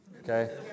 Okay